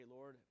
Lord